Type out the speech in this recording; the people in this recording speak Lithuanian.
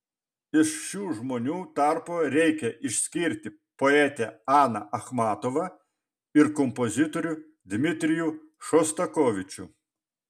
iš šių žmonių tarpo reikia išskirti poetę aną achmatovą ir kompozitorių dmitrijų šostakovičių